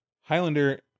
Highlander